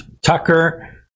Tucker